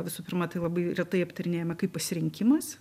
visų pirmą tai labai retai aptarinėjama kaip pasirinkimas